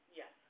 yes